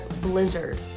blizzard